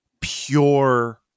pure